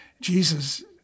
Jesus